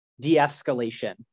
de-escalation